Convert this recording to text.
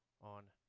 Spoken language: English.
on